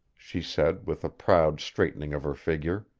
she said with a proud straightening of her figure.